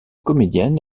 comédienne